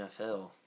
NFL